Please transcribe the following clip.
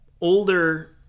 older